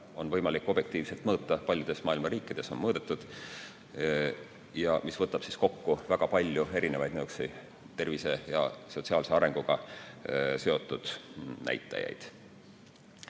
on võimalik objektiivselt mõõta, paljudes maailma riikides on mõõdetud, ning see võtab kokku väga paljusid tervise- ja sotsiaalse arenguga seotud näitajaid.